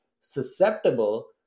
susceptible